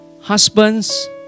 husbands